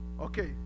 Okay